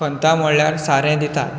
खतां म्हळ्यार सारें दितात